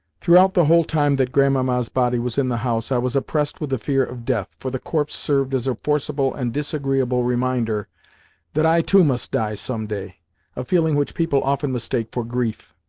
throughout the whole time that grandmamma's body was in the house i was oppressed with the fear of death, for the corpse served as a forcible and disagreeable reminder that i too must die some day a feeling which people often mistake for grief.